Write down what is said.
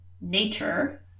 nature